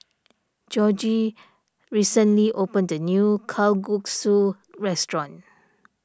Jorge recently opened the new Kalguksu restaurant